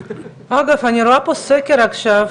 אני רואה פה סקר עכשיו